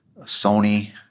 Sony